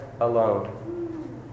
alone